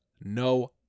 no